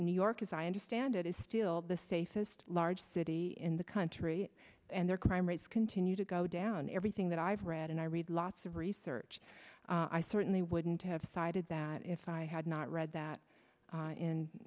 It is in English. new york as i understand it is still the safest large city in the country and their crime rates continue to go down everything that i've read and i read lots of research i certainly wouldn't have cited that if i had not read that